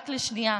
רק לשנייה,